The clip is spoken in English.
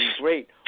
great